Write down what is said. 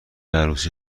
عروسی